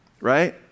right